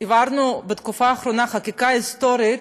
העברנו בתקופה האחרונה חקיקה היסטורית,